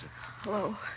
Hello